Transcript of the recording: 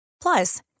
Plus